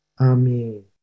Amen